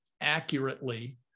accurately